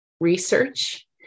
research